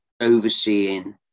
overseeing